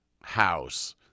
house